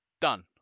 done